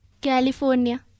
California